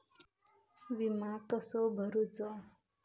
विमा कसो भरूचो?